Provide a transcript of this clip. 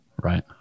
Right